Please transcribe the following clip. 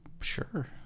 Sure